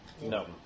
No